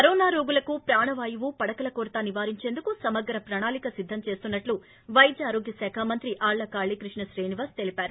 corona రోగులకు ప్రాణవాయువు పడకల కొరత నివారించేందుకు సమగ్ర ప్రణాళికను సిద్గం చేస్తున్నట్టు వైద్య ఆరోగ్య శాఖ మంత్రి ఆళ్ళ కాళీ క్రిష్ణ శ్రీనివాస్ తెలిపారు